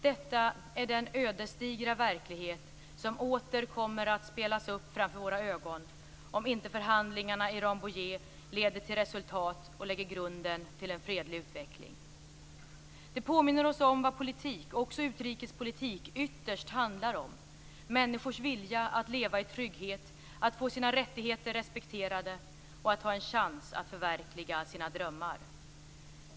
Detta är den ödesdigra verklighet som åter kommer att spelas upp framför våra ögon om inte förhandlingarna i Rambouillet leder till resultat och lägger grunden till en fredlig utveckling. Det påminner oss om vad politik - också utrikespolitik - ytterst handlar om: människors vilja att leva i trygghet, att få sina rättigheter respekterade och att ha en chans att förverkliga sina drömmar.